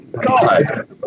God